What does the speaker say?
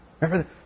Remember